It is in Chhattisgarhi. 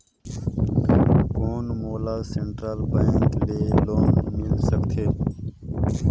कौन मोला सेंट्रल बैंक ले लोन मिल सकथे?